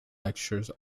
lectures